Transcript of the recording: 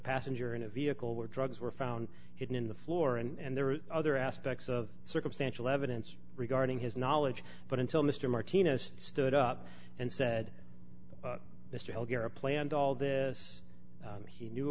passenger in a vehicle where drugs were found hidden in the floor and there were other aspects of circumstantial evidence regarding his knowledge but until mr martinez stood up and said mr elder a planned all this he knew